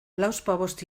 lauzpabost